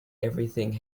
everything